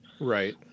Right